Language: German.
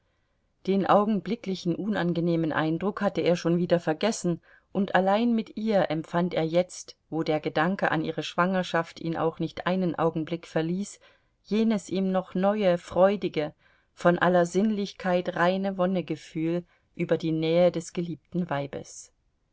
den augenblicklichen unangenehmen eindruck hatte er schon wieder vergessen und allein mit ihr empfand er jetzt wo der gedanke an ihre schwangerschaft ihn auch nicht einen augenblick verließ jenes ihm noch neue freudige von aller sinnlichkeit reine wonnegefühl über die nähe des geliebten weibes